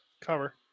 cover